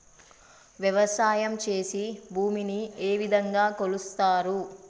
వ్యవసాయం చేసి భూమిని ఏ విధంగా కొలుస్తారు?